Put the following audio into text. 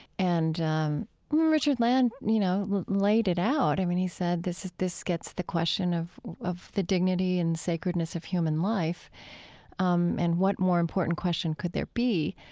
and um richard land, you know, laid it out. i mean, he said this this gets the question of of the dignity and sacredness of human life um and what more important question could there be,